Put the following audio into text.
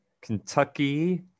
Kentucky